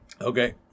Okay